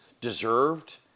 deserved